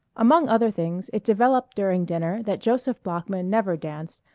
among other things it developed during dinner that joseph bloeckman never danced,